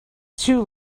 too